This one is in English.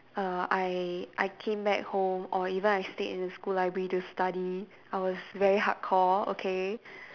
err I I came back home or even I stayed in school library to study I was very hardcore okay